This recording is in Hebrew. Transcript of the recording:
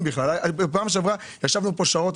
בפעם שעברה ישבנו פה שעות,